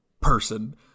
person